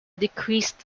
decreased